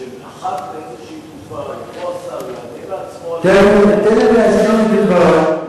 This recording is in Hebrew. שאחת לאיזו תקופה יבוא השר, תן לי להסביר את דברי.